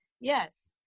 yes